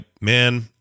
man